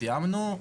סיימנו,